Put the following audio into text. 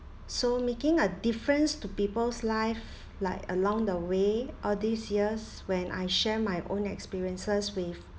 so making a difference to people's life like along the way all these years when I share my own experiences with